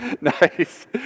Nice